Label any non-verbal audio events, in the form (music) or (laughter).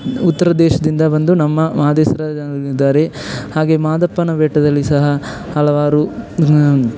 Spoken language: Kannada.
ಉತ್ರದ ದೇಶದಿಂದ ಬಂದು ನಮ್ಮ ಮಹದೇಶ್ವರ (unintelligible) ಇದ್ದಾರೆ ಹಾಗೆಯೇ ಮಾದಪ್ಪನ ಬೆಟ್ಟದಲ್ಲಿ ಸಹ ಹಲವಾರು